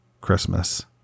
Christmas